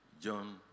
John